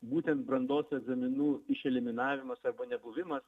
būtent brandos egzaminų išeliminavimas arba nebuvimas